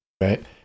right